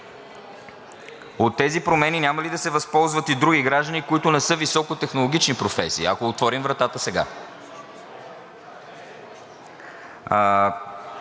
От тези промени няма ли да се възползват и други граждани, които не са високотехнологични професии, ако отворим вратата сега?